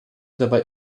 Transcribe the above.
dabei